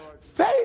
Faith